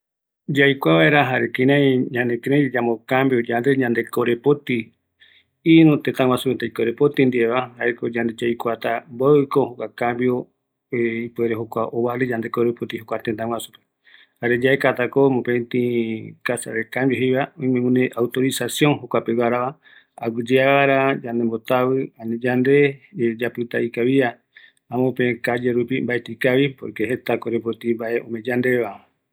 Yayapo vaera cambio korepoti ïru tetaguasu pegua, yaekatako jokua casa de cambio, yaikuakavi vaera añetetko ikavi yayapo ñai va